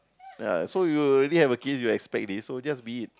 uh so you're already have a kid you expect this so just be it